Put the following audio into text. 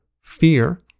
fear